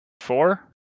four